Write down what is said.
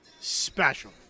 special